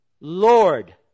Lord